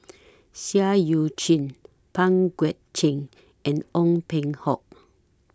Seah EU Chin Pang Guek Cheng and Ong Peng Hock